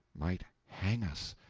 might hang us!